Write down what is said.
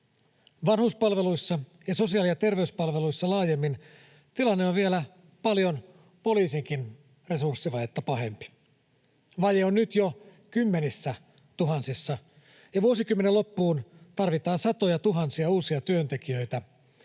Vanhuspalveluissa ja sosiaali- ja terveyspalveluissa laajemmin tilanne on vielä paljon poliisinkin resurssivajetta pahempi. Vaje on nyt jo kymmenissätuhansissa, ja vuosikymmenen loppuun tarvitaan satojatuhansia uusia työntekijöitä